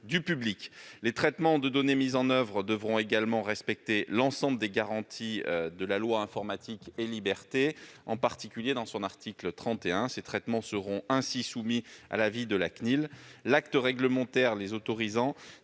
du public. Les traitements de données mis en oeuvre devront également respecter l'ensemble des garanties de la loi Informatique et libertés, en particulier son article 31. Ces traitements seront ainsi soumis à l'avis préalable de la CNIL. L'acte réglementaire les autorisant